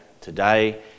today